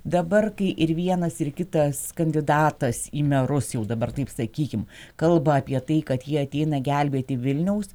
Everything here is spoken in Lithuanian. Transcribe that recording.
dabar kai ir vienas ir kitas kandidatas į merus jau dabar taip sakykim kalba apie tai kad jie ateina gelbėti vilniaus